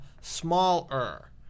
smaller